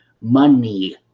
money